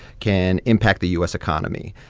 can impact the u s. economy.